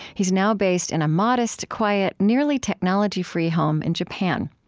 he's now based in a modest, quiet, nearly technology-free home in japan.